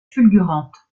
fulgurante